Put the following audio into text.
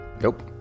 Nope